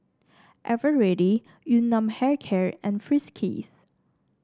Eveready Yun Nam Hair Care and Friskies